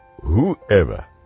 whoever